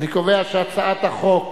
להעביר את הצעת חוק